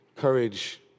courage